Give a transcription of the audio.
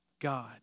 God